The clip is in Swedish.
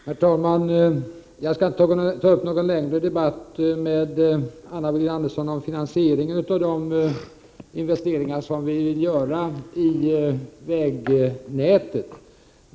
Herr talman! Jag skall inte ta upp någon längre debatt med Anna Wohlin-Andersson om finansieringen av de investeringar som vi vill göra i vägnätet.